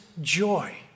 joy